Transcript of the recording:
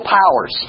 powers